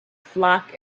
flock